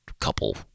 couple